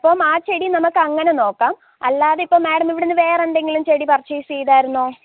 അപ്പം ആ ചെടി നമുക്ക് അങ്ങനെ നോക്കാം അല്ലാതെ ഇപ്പോൾ മാഡം ഇവിടുന്ന് വേറെ എന്തെങ്കിലും ചെടി പര്ച്ചേസ് ചെയ്തായിരുന്നോ